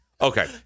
Okay